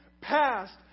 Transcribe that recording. past